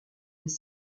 des